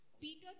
Peter